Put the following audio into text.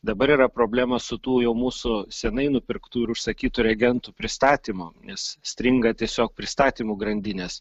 dabar yra problema su tų jau mūsų senai nupirktų ir užsakytų reagentų pristatymu nes stringa tiesiog pristatymų grandinės